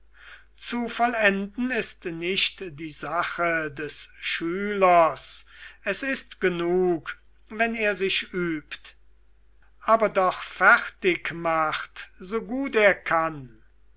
zu vollenden ist nicht die sache des schülers es ist genug wenn er sich übt aber doch fertig macht so gut er kann